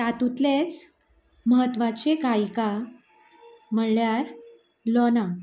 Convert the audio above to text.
तातूंतलेच म्हत्वाचे गायिका म्हणल्यार लोर्ना